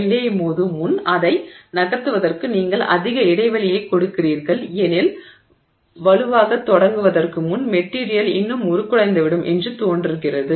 எல்லையை மோதும் முன் அதை நகர்த்துவதற்கு நீங்கள் அதிக இடைவெளியைக் கொடுக்கிறீர்கள் எனில் வலுவாகத் தொடங்குவதற்கு முன்பு மெட்டிரியல் இன்னும் உருக்குலைந்துவிடும் என்று தோன்றுகிறது